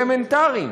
אלמנטריים,